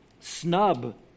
snub